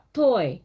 toy